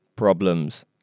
problems